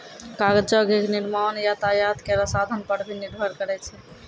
कागजो क निर्माण यातायात केरो साधन पर भी निर्भर करै छै